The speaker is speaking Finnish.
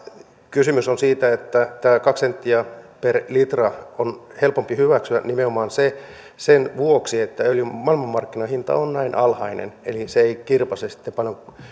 kysymys on siitä että tämä kaksi senttiä per litra on helpompi hyväksyä nimenomaan sen vuoksi että öljyn maailmanmarkkinahinta on näin alhainen eli se ei kirpaise sitten